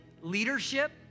leadership